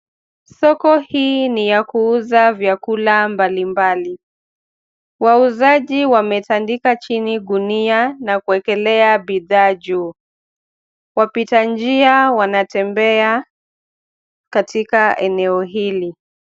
Soko hii ni ya kuuza vyakula mbalimbali. Wauzaji wametandika chini gunia na kuwekelea bidhaa juu. Wapita njia wanatembea katika eneo hili.